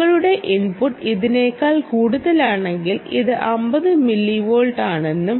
നിങ്ങളുടെ ഇൻപുട്ട് ഇതിനേക്കാൾ കൂടുതലാണെങ്കിൽ ഇത് 50 മില്ലിവോൾട്ട് ആണെന്നും